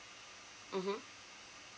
mmhmm